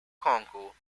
congo